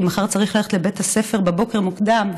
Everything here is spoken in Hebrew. כי מחר צריך ללכת לבית הספר בבוקר מוקדם,